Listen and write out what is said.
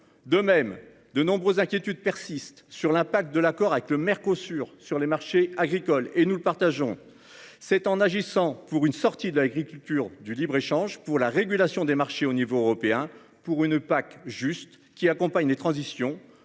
de même de nombreuses inquiétudes persistent sur l'impact de l'accord avec le Mercosur sur les marchés agricoles et nous le partageons c'est en agissant pour une sortie de l'agriculture du libre-échange pour la régulation des marchés au niveau européen pour une PAC juste qui accompagnent transition